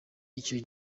icyo